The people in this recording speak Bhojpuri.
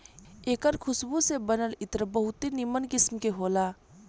एकर खुशबू से बनल इत्र बहुते निमन किस्म के होला